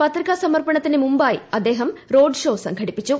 പത്രിക സമർപ്പണത്തിന് മുമ്പായി അദ്ദേഹം റോഡ്ഷോ സംഘടിപ്പിച്ചു